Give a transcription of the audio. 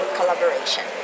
collaboration